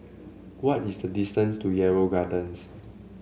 what is the distance to Yarrow Gardens